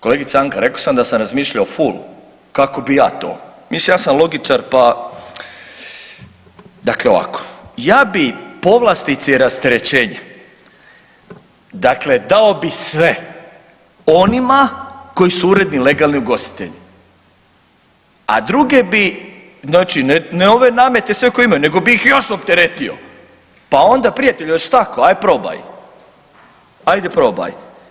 Kolegice Anka rekao sam da sam razmišljao full kako bi ja to, mislim ja sam logičar pa, dakle ovako ja bi povlastice i rasterećenja, dakle dao bi sve onima koji su uredni, legalni ugostitelji, a druge bi znači ne ove namete koje sve imaju nego bi ih još opteretio, pa onda prijatelju oćeš tako ajde probaj, ajde probaj.